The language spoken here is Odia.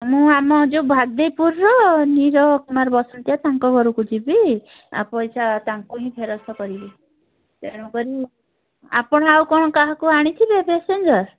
ମୁଁ ଆମ ଯେଉଁ ଭାଗଦେଇପୁରର ନିର କୁମାର ବସୁ ଯିଏ ତାଙ୍କ ଘରକୁ ଯିବି ଆଉ ପଇସା ତାଙ୍କୁ ହିଁ ଫେରସ୍ତ କରିବି ତେଣୁ କରି ଆପଣ ଆଉ କ'ଣ କାହାକୁ ଆଣିଥିବେ ପାସେଞ୍ଜର